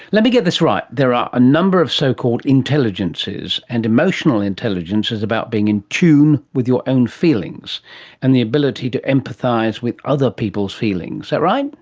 let me get this right, there are a number of so-called intelligences, and emotional intelligence is about being in tune with your own feelings and the ability to empathise with other people's feelings, is that right?